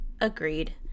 agreed